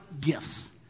gifts